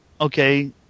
Okay